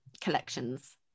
collections